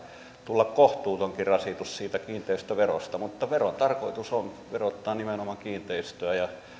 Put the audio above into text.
tulla kohtuutonkin rasitus siitä kiinteistöverosta mutta veron tarkoitus on verottaa nimenomaan kiinteistöä ja